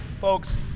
folks